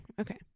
Okay